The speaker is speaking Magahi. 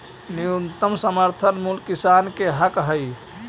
न्यूनतम समर्थन मूल्य किसान के हक हइ